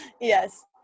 yes